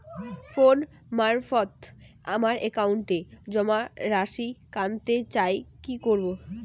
Phone মারফত আমার একাউন্টে জমা রাশি কান্তে চাই কি করবো?